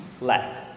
lack